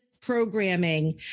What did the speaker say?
programming